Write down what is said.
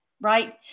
right